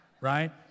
right